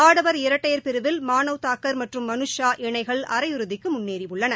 ஆடவர் இரட்டையர் பிரிவில் மானவ் தாக்கர் மற்றும் மனுஷ் ஷா இணைகள் அரை இறதிக்கு முன்னேறியுள்ளன